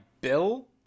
Bill